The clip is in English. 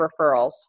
referrals